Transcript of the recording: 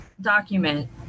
document